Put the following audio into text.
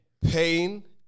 pain